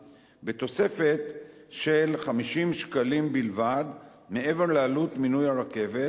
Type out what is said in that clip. בתוספת של 50 שקלים בלבד מעבר לעלות מנוי הרכבת.